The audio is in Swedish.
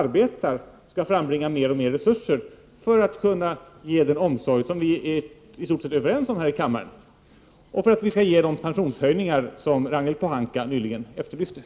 1988/89:44 frambringa mer och mer resurser för att kunna ge den omsorg som vi i stort 13 december 1988 sett är överens om i denna kammare, och för att kunna ge de pensionshöj